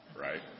right